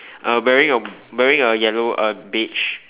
uh wearing a wearing a yellow uh beige